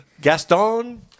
Gaston